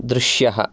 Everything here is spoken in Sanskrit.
दृश्यः